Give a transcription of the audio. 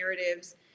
narratives